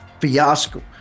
fiasco